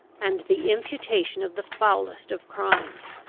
and the imputation of the foulest of crimes.